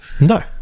No